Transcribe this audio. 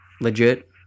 legit